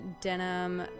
denim